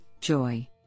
joy